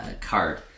card